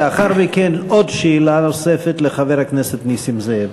לאחר מכן, עוד שאלה נוספת לחבר הכנסת נסים זאב.